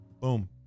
Boom